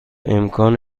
امکان